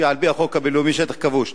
שעל-פי החוק הבין-לאומי זה שטח כבוש.